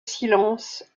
silence